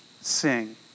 sing